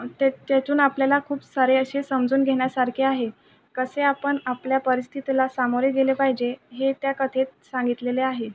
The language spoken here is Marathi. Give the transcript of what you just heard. त्याच्यातून आपल्याला खूप सारे असे समजून घेण्यासारखे आहे कसे आपण आपल्या परिस्थितीला सामोरे गेले पाहिजे हे त्या कथेत सांगितलेले आहे